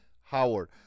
Howard